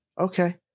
okay